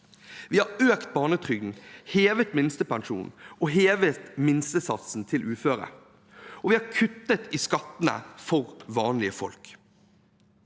Vi har økt barnetrygden, hevet minstepensjonen og hevet minstesatsen til uføre, og vi har kuttet i skattene for vanlige folk.